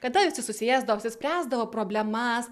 kada visi susiesdavo spręsdavo problemas